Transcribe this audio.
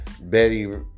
Betty